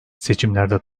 seçimlerde